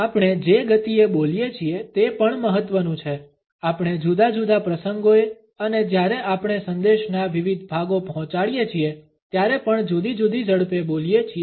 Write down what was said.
આપણે જે ગતિએ બોલીએ છીએ તે પણ મહત્વનું છે આપણે જુદા જુદા પ્રસંગોએ અને જ્યારે આપણે સંદેશના વિવિધ ભાગો પહોંચાડીએ છીએ ત્યારે પણ જુદી જુદી ઝડપે બોલીએ છીએ